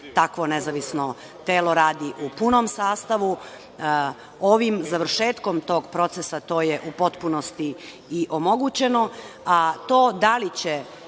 takvo nezavisno telo radi u punom sastavu. Završetkom tog procesa to je u potpunosti i omogućeno,